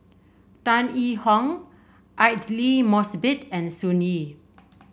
Tan Yee Hong Aidli Mosbit and Sun Yee